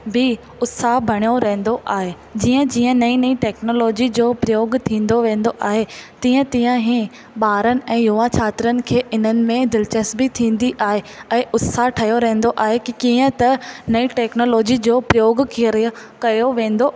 बि उत्साह बणियो रहंदो आहे जीअं जीअं नईं नईं टेक्नोलोजी जो प्रयोग थींदो वेंदो आहे तीअं तीअं ई ॿारनि ऐं युवा छात्रनि खे इन्हनि में दिलचस्पी थींदी आहे ऐं उत्साह ठहियो रहंदो आहे के कीअं त नई टेक्नोलोजी जो प्रयोग कयो वेंदो